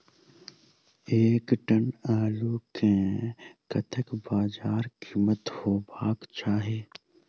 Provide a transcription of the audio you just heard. एक टन आलु केँ कतेक बजार कीमत हेबाक चाहि?